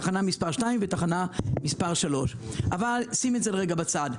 תחנה מס' 2 ותחנה מס' 3. אבל שים את זה רגע בצד.